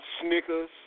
Snickers